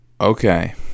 okay